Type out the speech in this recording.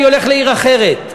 אני הולך לעיר אחרת.